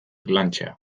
lantzea